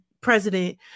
president